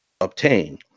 obtain